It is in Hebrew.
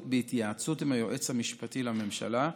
התושבות, בהתייעצות עם היועץ המשפטי לממשלה.